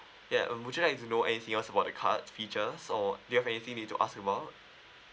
ya um would you like to know anything else about the card features or do you have anything need to ask about